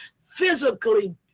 physically